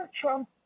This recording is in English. Trump